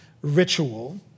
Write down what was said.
ritual